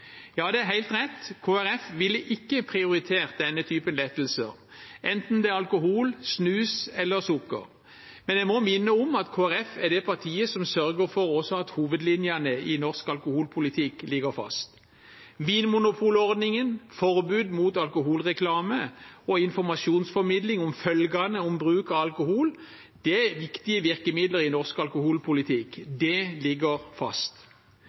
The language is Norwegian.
Ja, det er helt rett: Kristelig Folkeparti ville ikke prioritert denne typen lettelser, enten det er alkohol, snus eller sukker, men jeg må minne om at Kristelig Folkeparti er det partiet som også sørger for at hovedlinjene i norsk alkoholpolitikk ligger fast. Vinmonopolordningen, forbud mot alkoholreklame og informasjonsformidling om følgene av bruk av alkohol er viktige virkemidler i norsk alkoholpolitikk, og det ligger fast.